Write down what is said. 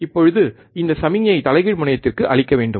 இப்போது இந்த சமிக்ஞையை தலைகீழ் முனையத்திற்கு அளிக்க வேண்டும்